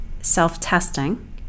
self-testing